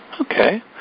Okay